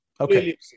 Okay